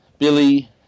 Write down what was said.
Billy